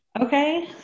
okay